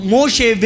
Moshe